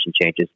changes